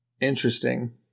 interesting